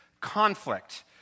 conflict